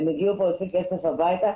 הם הגיעו לשלוח כסף הביתה.